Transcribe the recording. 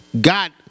God